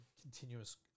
continuous